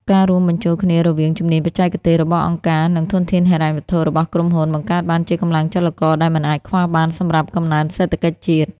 ការរួមបញ្ចូលគ្នារវាង "ជំនាញបច្ចេកទេស" របស់អង្គការ និង "ធនធានហិរញ្ញវត្ថុ" របស់ក្រុមហ៊ុន បង្កើតបានជាកម្លាំងចលករដែលមិនអាចខ្វះបានសម្រាប់កំណើនសេដ្ឋកិច្ចជាតិ។